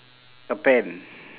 a pen